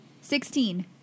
Sixteen